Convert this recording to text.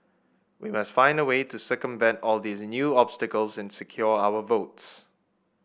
we must find a way to circumvent all these new obstacles and secure our votes